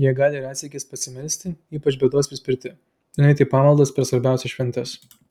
jie gali retsykiais pasimelsti ypač bėdos prispirti ir nueiti į pamaldas per svarbiausias šventes